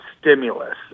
stimulus